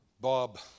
Bob